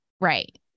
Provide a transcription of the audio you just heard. Right